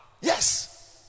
Yes